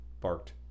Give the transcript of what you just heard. barked